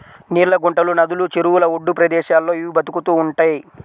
నీళ్ళ గుంటలు, నదులు, చెరువుల ఒడ్డు ప్రదేశాల్లో ఇవి బతుకుతూ ఉంటయ్